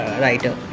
writer